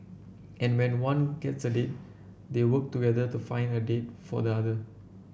and when one gets a date they work together to find a date for the other